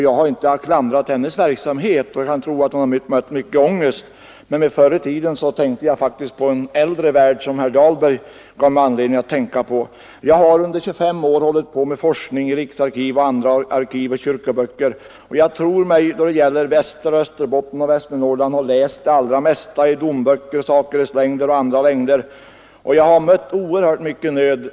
Jag har inte klandrat hennes verksamhet, och jag tror att hon har mött mycket ångest, men när jag använde orden ”förr i världen” tänkte jag faktiskt på en äldre tid — med anledning av vad herr Dahlberg sade. Jag har sysslat med forskning i riksarkiv och andra arkiv och i kyrkoböcker; jag tror mig ha läst det allra mesta i domböcker, saköreslängder och andra längder när det gäller Västerbotten, Österbotten och Västernorrland. Jag har där mött oerhört mycket nöd.